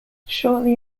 shortly